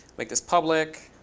make this public,